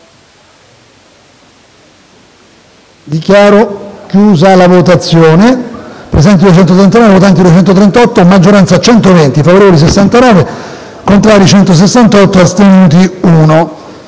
Dichiaro aperta la votazione.